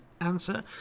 answer